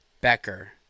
becker